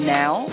now